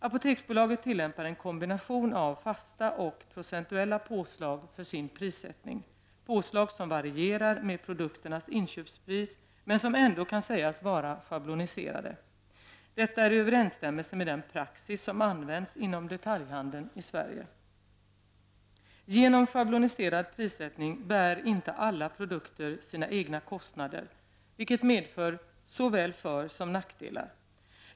Apoteksbolaget tillämpar en kombination av fasta och procentuella påslag för sin prissättning, påslag som varierar med produkternas inköpspris men som ändå kan sägas vara schabloniserade. Detta är i överensstämmelse med den praxis som används inom detaljhandeln i Sverige. Genom schabloniserad prissättning bär inte alla produkter sina egna kostnader, vilket medför såväl försom nackdelar.